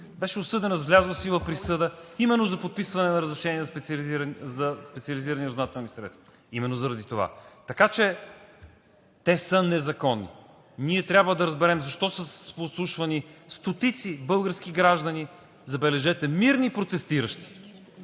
беше осъдена с влязла в сила присъда именно за подписване на разрешение за специализирани разузнавателни средства. Именно заради това. Така че те са незаконни. Ние трябва да разберем защо са подслушвани стотици български граждани, забележете, мирни протестиращи?